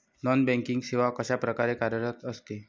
Non banking सेवा कशाप्रकारे कार्यरत असते?